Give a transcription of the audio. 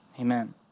amen